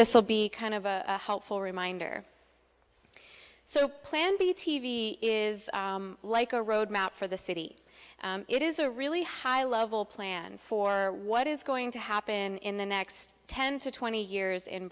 will be kind of a helpful reminder so plan b t v is like a road map for the city it is a really high level plan for what is going to happen in the next ten to twenty years in